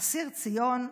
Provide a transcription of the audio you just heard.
אסיר ציון.